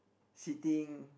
sitting